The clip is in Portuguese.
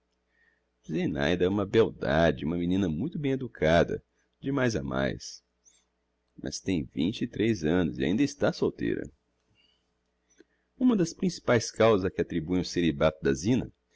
é uma beldade e uma menina muito bem educada de mais a mais mas tem vinte e trez annos e ainda está solteira uma das principaes causas a que atribuem o celibato da zina